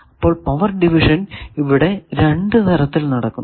അപ്പോൾ power division ഇവിടെ രണ്ടു തരത്തിൽ നടക്കുന്നു